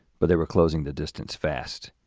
but they were closing the distance fast,